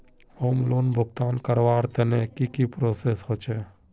Home loan भुगतान करवार तने की की प्रोसेस होचे?